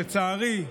לצערי,